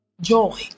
joy